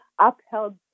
upheld